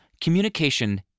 communication